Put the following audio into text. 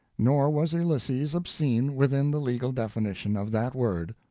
nor was ulysses obscene within the legal definition of that word.